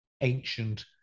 ancient